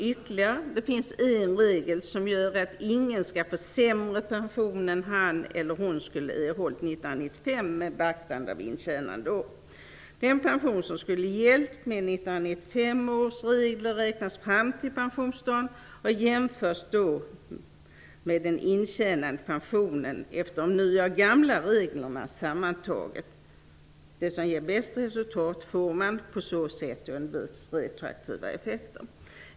Ytterligare: Det finns en regel som gör att ingen skall få sämre pension än han eller hon skulle ha erhållit 1995 med beaktande av intjänandeår. Den pesnion som skulle ha gällt med 1995 års regler räknas fram till pensionsdagen och jämförs med den då intjänande pensionen efter de nya och gamla reglerna sammantaget. Man får det som ger det bästa resultatet. På så sätt undviks retroaktiva effekter.